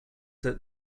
that